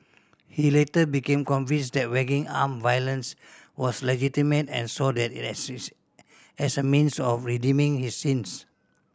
he later became convinced that waging armed violence was legitimate and saw that as a means of redeeming his sins